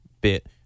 Bit